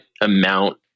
amount